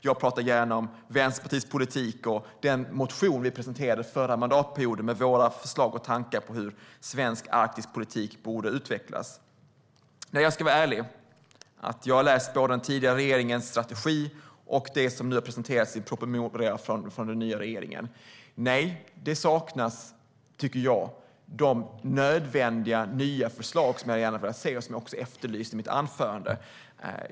Jag talar gärna om Vänsterpartiets politik och om den motion som vi presenterade förra mandatperioden med våra förslag och tankar om hur svensk arktisk politik borde utvecklas. Jag ska vara ärlig. Jag har läst både den tidigare regeringens strategi och det som nu har presenterats i en promemoria från den nya regeringen. Jag tycker att de nödvändiga nya förslag som jag gärna hade velat se och som jag också har efterlyst i mitt anförande saknas.